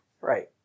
Right